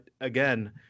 again